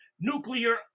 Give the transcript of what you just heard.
nuclear